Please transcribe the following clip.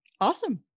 Awesome